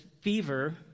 fever